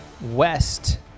west